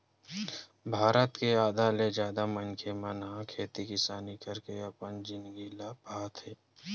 भारत के आधा ले जादा मनखे मन ह खेती किसानी करके अपन जिनगी ल पहाथे